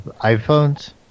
iPhones